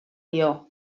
dio